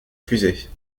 fusées